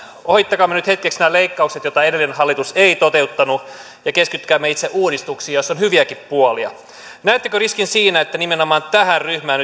ohittakaamme nyt hetkeksi nämä leikkaukset joita edellinen hallitus ei toteuttanut ja keskittykäämme itse uudistuksiin joissa on hyviäkin puolia näettekö riskin siinä että nimenomaan tähän ryhmään